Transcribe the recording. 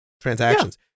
transactions